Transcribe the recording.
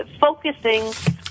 focusing